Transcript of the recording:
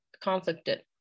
conflicted